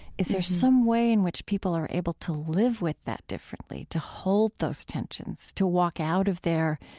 is there someway in which people are able to live with that differently, to hold those tensions, to walk out of there,